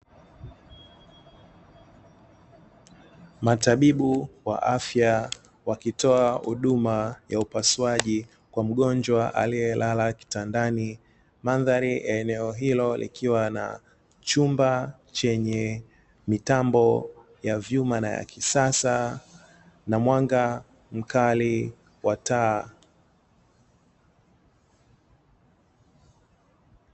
Matabibu wa afya wakitoa huduma ya upasuaji kwa mgonjwa aliyelala kitandani. Mandhari ya eneo hilo likiwa na chumba chenye mitambo ya vyuma na ya kisasa na mwanga mkali wa taa.